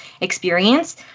experience